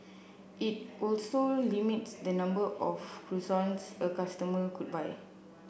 it also limits the number of croissants a customer could buy